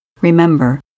Remember